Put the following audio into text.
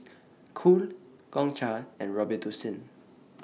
Cool Gongcha and Robitussin